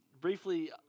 Briefly